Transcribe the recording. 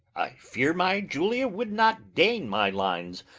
i fear my julia would not deign my lines,